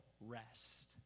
rest